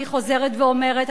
אני חוזרת ואומרת,